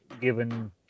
given